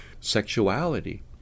Sexuality